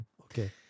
okay